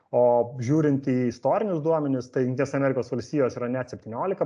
o žiūrint į istorinius duomenis tai jungtinės amerikos valstijos yra net septyniolika